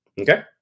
Okay